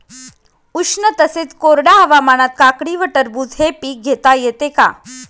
उष्ण तसेच कोरड्या हवामानात काकडी व टरबूज हे पीक घेता येते का?